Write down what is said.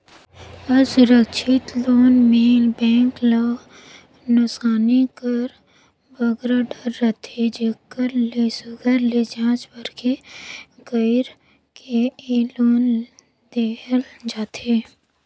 असुरक्छित लोन में बेंक ल नोसकानी कर बगरा डर रहथे जेकर ले सुग्घर ले जाँच परेख कइर के ए लोन देहल जाथे